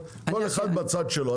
כל אחד בצד שלו.